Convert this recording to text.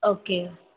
okay